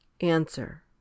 Answer